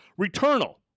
Returnal